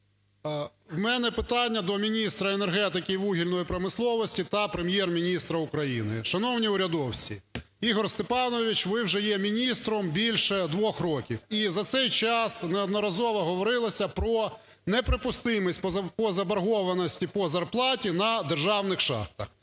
У мене питання до міністра енергетики і вугільної промисловості та Прем'єр-міністра України. Шановні урядовці! Ігор Степанович, ви вже є міністром більше двох років. І за цей час неодноразово говорилось про неприпустимість по заборгованості по зарплаті на державних шахтах.